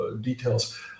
details